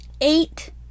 eight